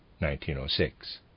1906